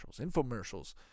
Infomercials